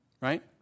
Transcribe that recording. Right